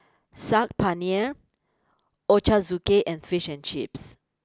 Saag Paneer Ochazuke and Fish and Chips